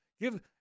give